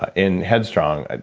in headstrong,